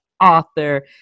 author